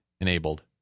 enabled